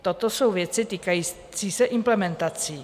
Toto jsou věci týkající se implementací.